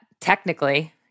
technically